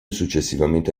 successivamente